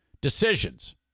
decisions